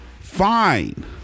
Fine